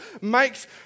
makes